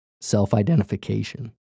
self-identification